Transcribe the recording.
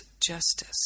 justice